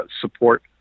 support